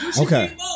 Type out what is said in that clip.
Okay